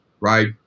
right